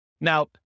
Now